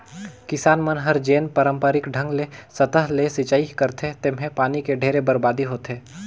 किसान मन हर जेन पांरपरिक ढंग ले सतह ले सिचई करथे तेम्हे पानी के ढेरे बरबादी होथे